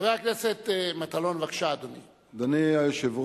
חבר הכנסת מטלון, בבקשה, אדוני.